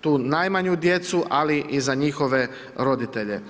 tu najmanju djecu, ali i za njihove roditelje.